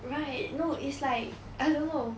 right no it's like I don't know